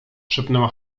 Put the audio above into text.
szepnęła